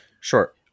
Sure